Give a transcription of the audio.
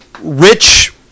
rich